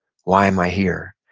why am i here?